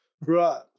Right